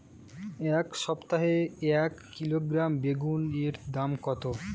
এই সপ্তাহে এক কিলোগ্রাম বেগুন এর দাম কত?